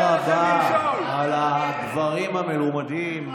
תודה רבה על הדברים המלומדים.